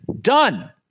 done